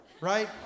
right